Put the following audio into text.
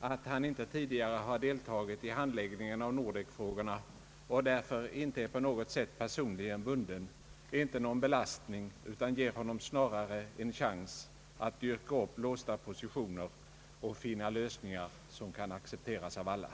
att han inte tidigare har deltagit i handläggningen av Nordek-frågorna och därför inte är på något sätt personligen bunden är inte någon belastning utan ger honom snarare en chans att dyrka upp låsta positioner och finna lösningar som kan accepteras av alla.